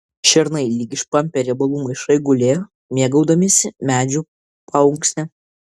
šernai lyg išpampę riebalų maišai gulėjo mėgaudamiesi medžių paunksne